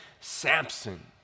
Samson